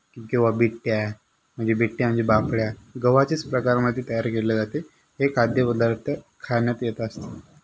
किंवा बिट्या म्हणजे बिट्या म्हणजे बाफड्या गव्हाचेच प्रकारामध्ये तयार केले जाते हे खादयपदार्थ खाण्यात येत असतात